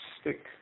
stick